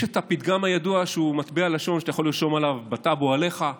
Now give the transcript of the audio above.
יש את הפתגם הידוע שהוא מטבע הלשון שאתה יכול לרשום אותו בטאבו עליך: